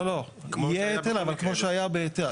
יהיה היטל אבל כמו שהיה בהיתר.